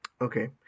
okay